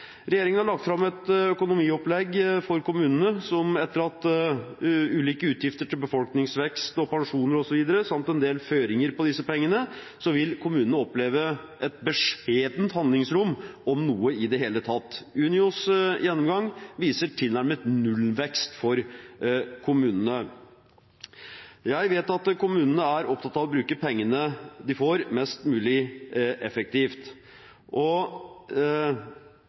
Regjeringen har lagt fram et økonomiopplegg for kommunene. Etter ulike utgifter til befolkningsvekst og pensjoner osv. samt en del føringer på disse pengene vil kommunene oppleve et beskjedent handlingsrom, om noe i det hele tatt. Unios gjennomgang viser tilnærmet nullvekst for kommunene. Jeg vet at kommunene er opptatt av å bruke pengene de får, mest mulig effektivt. Når vi vet dette og